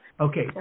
Okay